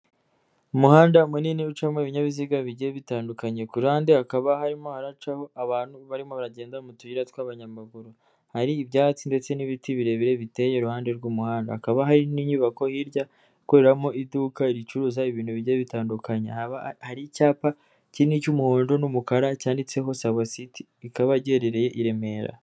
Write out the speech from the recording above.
Umuhanda munini ucamo ibinyabiziga bigiye bitandukanye, kuruhande hakaba harimo haracaho abantu barimo bagenda mu tuyira tw'abanyamaguru, hari ibyatsi ndetse n'ibiti birebire biteye iruhande rw'umuhanda, hakaba hari n'inyubako hirya ikoreramo iduka ricuruza ibintu bigiye bitandukanye; hakaba hari icyapa kinini cy'umuhondo n'umukara cyanditseho sava siti, ikaba giherereye i Remera.